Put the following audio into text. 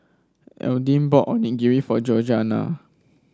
Alden bought Onigiri for Georgianna